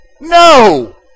No